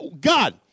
God